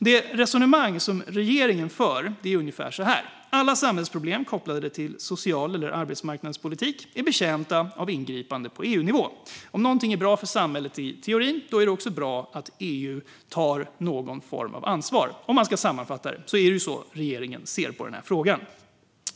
Det resonemang som regeringen för är ungefär som följande: Alla samhällsproblem kopplade till social eller arbetsmarknadspolitik är betjänta av ingripanden på EU-nivå. Om något är bra för samhället i teorin är det också bra att EU tar någon form av ansvar. Sammanfattat är det så regeringen ser på frågan.